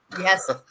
yes